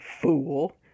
Fool